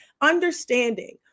understanding